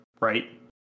right